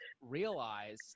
realize